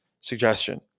suggestion